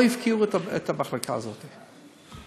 לא הפקירו את המחלקה הזאת,